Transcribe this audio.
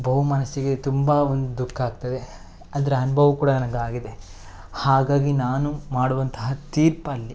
ಬಹುಮಾನ ಸಿಗದೆ ತುಂಬ ಒಂದು ದುಃಖ ಆಗ್ತದೆ ಅದರ ಅನುಭವ ಕೂಡ ನನ್ಗೆ ಆಗಿದೆ ಹಾಗಾಗಿ ನಾನು ಮಾಡುವಂತಹ ತೀರ್ಪಲ್ಲಿ